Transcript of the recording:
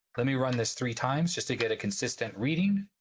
let me run this three times just to get a consistent reading.